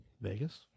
Vegas